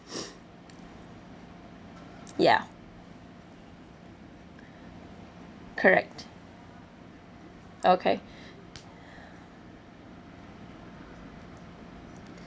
ya correct okay